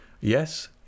Yes